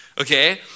okay